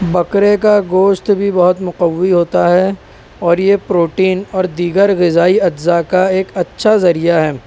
بکرے کا گوشت بھی بہت مقوی ہوتا ہے اور یہ پروٹین اور دیگر غذائی اجزاء کا ایک اچھا ذریعہ ہے